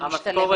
המשתלמת